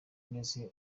neza